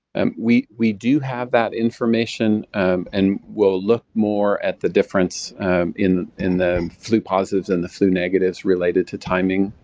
um we we do have that information and we'll look more at the difference in in the flu positives and the flu negatives related to timing,